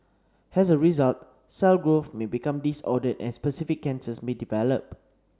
as a result cell growth may become disordered and specific cancers may develop